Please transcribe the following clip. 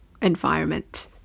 environment